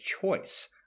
choice